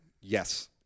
Yes